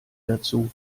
dazu